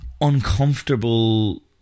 uncomfortable